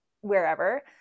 wherever